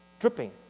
dripping